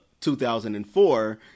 2004